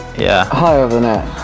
yeah high over the net.